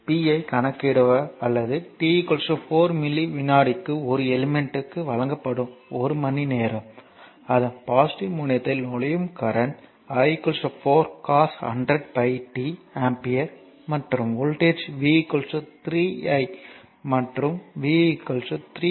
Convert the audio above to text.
எ p ஐ கணக்கிடுவது அல்லது t 4 மில்லி விநாடிக்கு ஒரு எலிமெண்ட்க்கு வழங்கப்படும் மணி நேரம் அதன் பாசிட்டிவ் முனையத்தில் நுழையும் கரண்ட் i 4 cos100πt ஆம்பியர் மற்றும் வோல்ட்டேஜ் V 3 i மற்றும் V 3 di dt